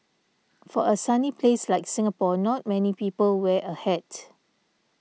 for a sunny place like Singapore not many people wear a hat